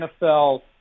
NFL